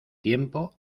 tiempo